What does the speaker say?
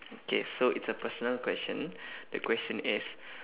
okay so it's a personal question the question is